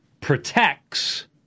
protects